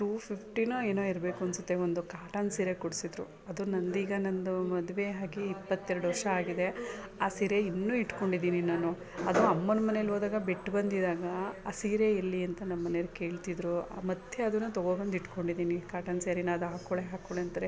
two ಫಿಫ್ಟಿಯೋ ಏನೋ ಇರಬೇಕು ಅನಿಸುತ್ತೆ ಒಂದು ಕಾಟನ್ ಸೀರೆ ಕೊಡಿಸಿದ್ರು ಅದು ನಂದೀಗ ನಂದು ಮದುವೆ ಆಗಿ ಇಪ್ಪತ್ತೆರಡು ವರ್ಷ ಆಗಿದೆ ಆ ಸೀರೆ ಇನ್ನೂ ಇಟ್ಕೊಂಡಿದ್ದೀನಿ ನಾನು ಅದು ಅಮ್ಮನ ಮನೆಲ್ಹೋದಾಗ ಬಿಟ್ಬಂದಿದ್ದಾಗ ಆ ಸೀರೆ ಎಲ್ಲಿ ಅಂತ ನಮ್ಮ ಮನೇವ್ರ್ ಕೇಳ್ತಿದ್ದರು ಮತ್ತು ಅದನ್ನ ತಗೊಬಂದು ಇಟ್ಕೊಂಡಿದ್ದೀನಿ ಕಾಟನ್ ಸ್ಯಾರಿನ ಅದು ಹಾಕ್ಕೊಳೇ ಹಾಕ್ಕೊಳೇ ಅಂತಾರೆ